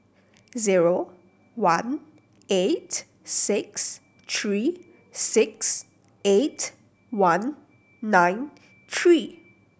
zero one eight six three six eight one nine three